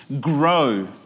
Grow